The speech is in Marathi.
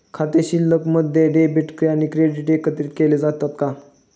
खाते शिल्लकमध्ये डेबिट आणि क्रेडिट एकत्रित केले जातात का?